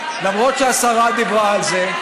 למרות שהשרה דיברה על זה,